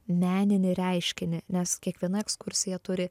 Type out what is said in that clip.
meninį reiškinį nes kiekviena ekskursija turi